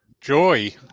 joy